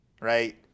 right